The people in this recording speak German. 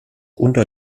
unter